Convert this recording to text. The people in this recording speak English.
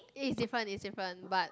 it is different is different but